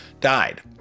died